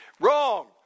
Wrong